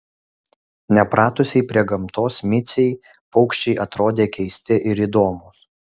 nepratusiai prie gamtos micei paukščiai atrodė keisti ir įdomūs